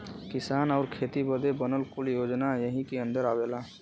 किसान आउर खेती बदे बनल कुल योजना यही के अन्दर आवला